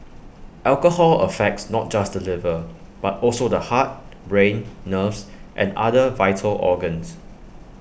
alcohol affects not just the liver but also the heart brain nerves and other vital organs